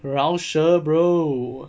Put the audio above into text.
饶舌 bro